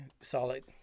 solid